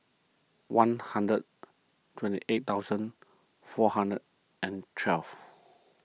one hundred twenty eight thousand four hundred and twelve